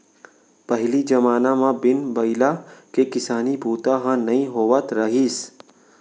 पहिली जमाना म बिन बइला के किसानी बूता ह नइ होवत रहिस